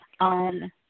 On